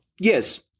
Yes